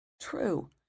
True